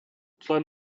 člen